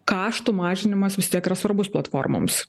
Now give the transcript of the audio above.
kaštų mažinimas vis tiek yra svarbus platformoms